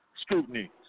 scrutiny